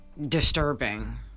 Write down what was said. disturbing